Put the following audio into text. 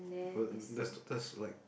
was that's that's like